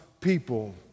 people